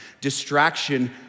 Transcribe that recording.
Distraction